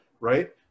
right